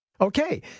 Okay